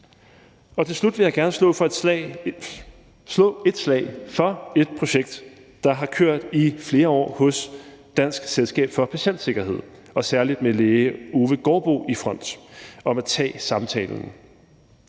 Til slut vil jeg gerne slå et slag for et projekt, der har kørt i flere år hos Dansk Selskab for Patientsikkerhed og særlig med læge Ove Gaardboe i front, om at tage samtalen